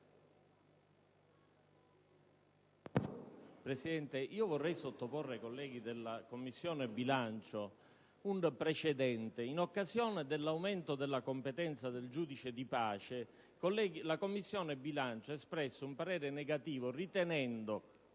Presidente, vorrei sottoporre ai colleghi della Commissione bilancio un precedente. In occasione dell'aumento dell'ambito di competenza del giudice di pace, la Commissione bilancio ha espresso un parere negativo ritenendo